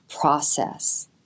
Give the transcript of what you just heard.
process